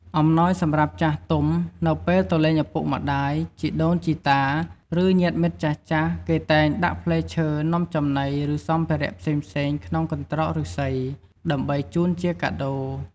អំណោយសម្រាប់ចាស់ទុំ នៅពេលទៅលេងឪពុកម្តាយ ជីដូនជីតា ឬញាតិមិត្តចាស់ៗ គេតែងដាក់ផ្លែឈើ នំចំណី ឬសម្ភារៈផ្សេងៗក្នុងកន្ត្រកឫស្សី ដើម្បីជូនជាកាដូរ។